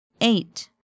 eight